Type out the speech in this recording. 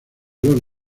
los